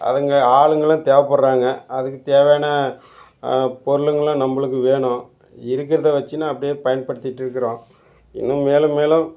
அதுங்க ஆளுகளும் தேவைப்பட்றாங்க அதுக்குத் தேவையான பொருளுகளும் நம்மளுக்கு வேணும் இருக்கிறத வெச்சு நான் அப்படியே பயன்படுத்திட்டு இருக்கிறோம் இன்னும் மேலும் மேலும்